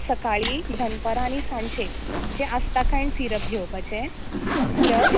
सकाळीं दनपारा आनी सांजेक जें आस्थाकायन्ड सिरप घेवपाचें प्लस